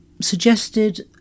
suggested